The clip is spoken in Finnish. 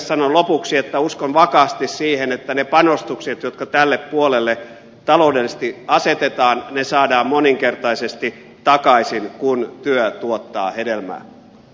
sanon lopuksi että uskon vakaasti siihen että ne panostukset jotka tälle puolelle taloudellisesti asetetaan saadaan moninkertaisesti takaisin kun työ tuottaa hedelmää